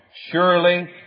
Surely